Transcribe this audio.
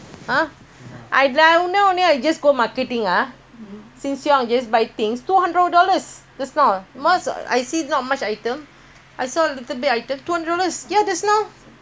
you see I want just buy things two hundred dollars some more I see not much items I saw little bit item two hundred dollars ya just now you think enough ah everybody